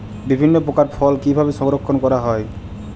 বিভিন্ন প্রকার ফল কিভাবে সংরক্ষণ করা হয়?